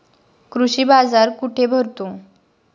कृषी बाजार कुठे भरतो?